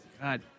God